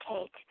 take